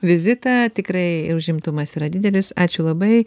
vizitą tikrai užimtumas yra didelis ačiū labai